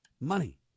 money